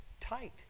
tight